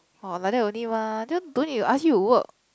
or like that only mah then don't need to ask you to work